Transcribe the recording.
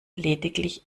lediglich